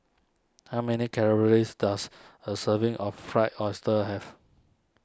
how many calories does a serving of Fried Oyster have